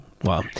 Wow